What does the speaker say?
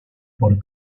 por